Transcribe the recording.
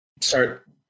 start